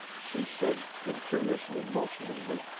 she said, imperiously motioning me.